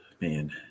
man